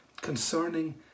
concerning